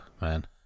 man